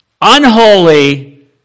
unholy